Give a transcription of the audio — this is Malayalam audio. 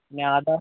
ഇനി ആധാർ